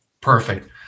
Perfect